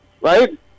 Right